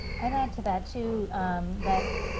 i'd add to that to that,